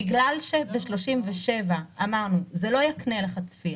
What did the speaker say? בגלל שבסעיף 37 אמרנו: זה לא יקנה לך צפייה,